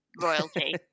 Royalty